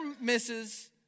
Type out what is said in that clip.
misses